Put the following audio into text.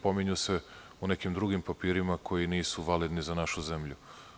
Pominju se u nekim drugim papirima koji nisu validni za našu zemlju.